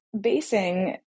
basing